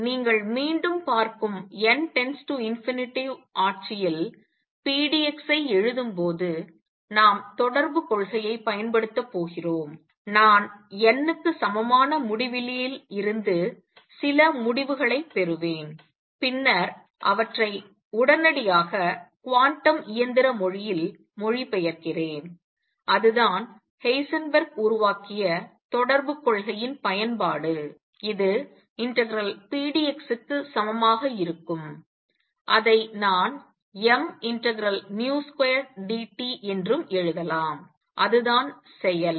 எனவே நீங்கள் மீண்டும் பார்க்கும் n→ ∞ ஆட்சியில் pdx ஐ எழுதும்போது நாம் தொடர்புக் கொள்கையைப் பயன்படுத்தப் போகிறோம் நான் n க்கு சமமான முடிவிலியில் இருந்து சில முடிவுகளைப் பெறுவேன் பின்னர் அவற்றை உடனடியாக குவாண்டம் இயந்திர மொழியில் மொழிபெயர்க்கிறேன் அதுதான் ஹைசன்பெர்க் உருவாக்கிய தொடர்புக் கொள்கையின் பயன்பாடு இது ∫pdx க்கு சமமாக இருக்கும் அதை நான் m∫v2dt என்றும் எழுதலாம் அதுதான் செயல்